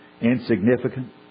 insignificant